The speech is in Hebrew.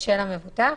של המבוטח,